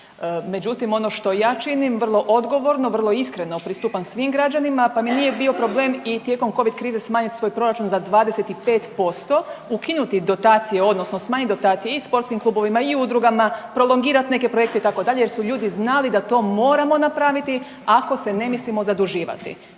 međutim ono što ja činim vrlo odgovorno, vrlo iskreno pristupam svim građanima pa mi nije bio problem i tijekom covid krize smanjiti svoj proračun za 25%, ukinuti dotacije odnosno smanjiti dotacije i sportskim klubovima i udrugama, prolongirat neke projekte itd. jer su ljudi znali da to moramo napraviti ako se ne mislimo zaduživati,